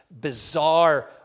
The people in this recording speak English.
bizarre